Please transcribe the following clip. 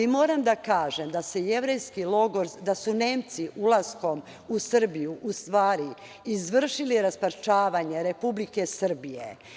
Moram da kažem da su Nemci ulaskom u Srbiju u stvari izvršili rasparčavanje Republike Srbije.